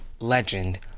legend